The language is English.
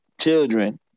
children